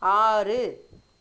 ஆறு